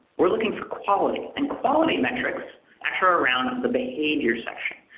are looking for quality. and quality metrics actually are around the behavior section.